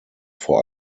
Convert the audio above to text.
vor